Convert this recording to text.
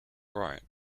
right